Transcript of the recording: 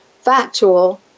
factual